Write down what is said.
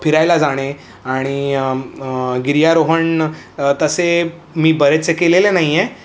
फिरायला जाणे आणि गिर्यारोहण तसे मी बरेचसे केलेले नाही आहे